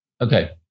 Okay